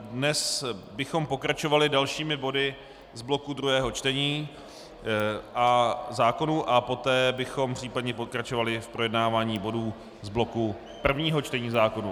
Dnes bychom pokračovali dalšími body z bloku druhého čtení zákonů a poté bychom případně pokračovali v projednávání bodů z bloku prvního čtení zákonů.